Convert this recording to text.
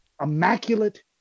immaculate